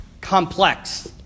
complex